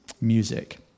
music